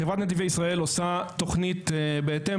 חברת נתיבי ישראל עושה תוכנית בהתאם